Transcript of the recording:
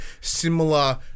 similar